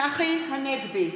צחי הנגבי,